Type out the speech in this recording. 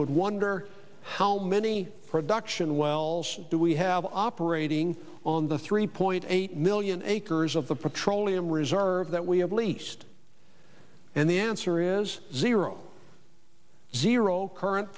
would wonder how many production wells do we have operating on the three point eight million acres of the petroleum reserve that we have leased and the answer is zero zero current